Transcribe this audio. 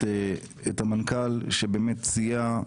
את המנכ"ל שבאמת סייע,